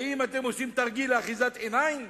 האם אתם עושים תרגיל אחיזת עיניים